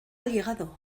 llegado